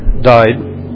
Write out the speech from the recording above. died